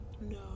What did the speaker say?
No